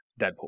Deadpool